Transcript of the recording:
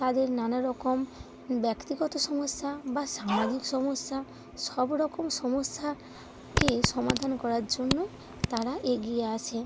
তাদের নানা রকম ব্যক্তিগত সমস্যা বা সামাজিক সমস্যা সব রকম সমস্যাকে সমাধান করার জন্য তারা এগিয়ে আসে